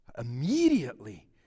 immediately